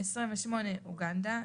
"(28) אוגנדה,